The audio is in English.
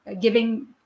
giving